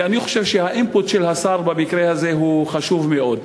ואני חושב שה-input של השר במקרה הזה הוא חשוב מאוד.